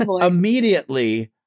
immediately